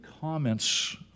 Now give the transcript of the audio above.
comments